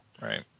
Right